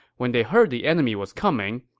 when they heard the enemy was coming,